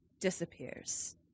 disappears